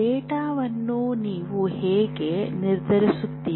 ಡೇಟಾವನ್ನು ನೀವು ಹೇಗೆ ನಿರ್ಧರಿಸುತ್ತೀರಿ